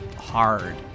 hard